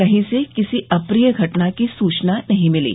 कहीं से किसी अप्रिय घटना की सूचना नहीं मिली